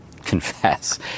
confess